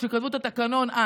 כשקבעו את התקנון,